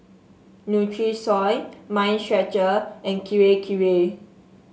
Nutrisoy Mind Stretcher and Kirei Kirei